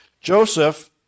Joseph